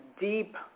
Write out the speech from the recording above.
deep